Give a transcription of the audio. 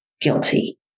guilty